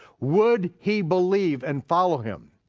would he believe and follow him?